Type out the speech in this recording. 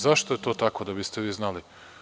Zašto je to tako, da biste znali?